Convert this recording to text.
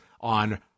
on